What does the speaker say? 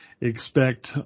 expect